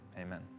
amen